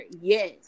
yes